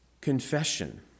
confession